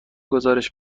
گزارش